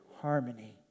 harmony